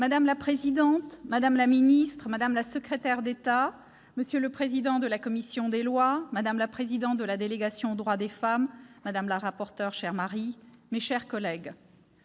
Madame la présidente, madame la ministre, madame la secrétaire d'État, monsieur le président de la commission des lois, madame la présidente de la délégation aux droits des femmes, madame la rapporteur, chère Marie, mes chers collègues,